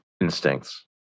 instincts